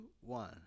one